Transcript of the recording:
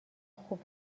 خوب